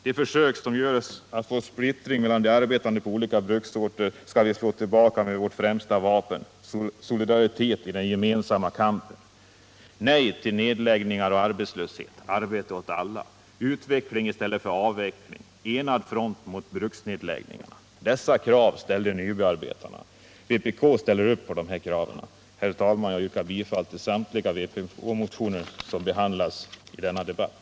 De försök som görs att få splittring mellan de arbetande på olika bruksorter skall vi slå tillbaka med vårt främsta vapen: solidaritet i den gemensamma kampen. Nej till nedläggningar och arbetslöshet. Arbete åt alla. Utveckling i stället för avveckling. - Dessa krav ställde Nybyarbetarna. Vpk ställer upp på de kraven. Herr talman! Jag yrkar bifall till samtliga vpk-motioner som behandlas i denna debatt.